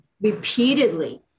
repeatedly